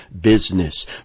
business